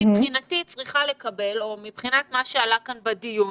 מבחינתי היא צריכה לקבל - או מבחינת מה שעלה כאן בדיון